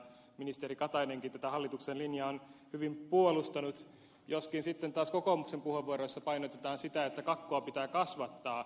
ministeri katainenkin tätä hallituksen linjaa on hyvin puolustanut joskin sitten taas kokoomuksen puheenvuoroissa painotetaan sitä että kakkua pitää kasvattaa